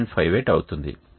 58 అవుతుంది